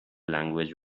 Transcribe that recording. language